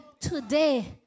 today